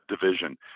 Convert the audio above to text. division